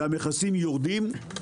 והמכסים יורדים,